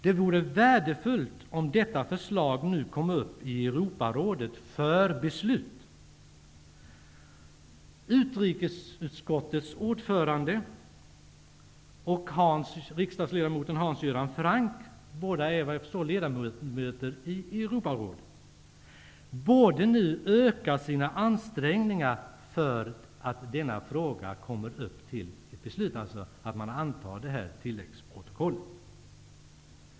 Det vore värdefullt om detta förslag nu kom upp i Franck -- båda ledamöter i Europarådet -- borde öka sina ansträngningar för att tilläggsprotokollet skall antas.